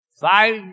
five